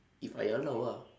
if ayah allow ah